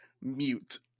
Mute